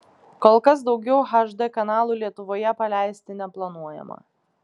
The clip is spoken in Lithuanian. kol kas daugiau hd kanalų lietuvoje paleisti neplanuojama